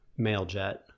MailJet